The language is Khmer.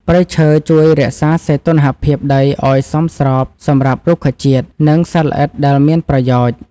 ព្រៃឈើជួយរក្សាសីតុណ្ហភាពដីឱ្យសមស្របសម្រាប់រុក្ខជាតិ និងសត្វល្អិតដែលមានប្រយោជន៍។